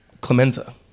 Clemenza